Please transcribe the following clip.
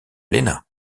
léna